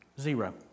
Zero